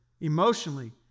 emotionally